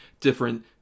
different